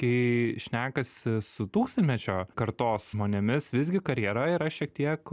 kai šnekasi su tūkstantmečio kartos žmonėmis visgi karjera yra šiek tiek